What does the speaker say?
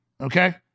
okay